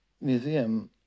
museum